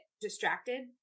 distracted